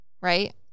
right